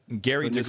Gary